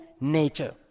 nature